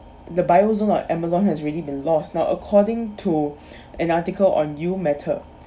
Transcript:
the bio zone like amazon has really been lost now according to an article on you matter